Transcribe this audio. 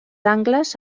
angles